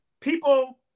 People